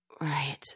Right